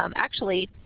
um actually,